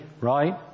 right